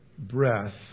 breath